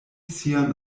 sian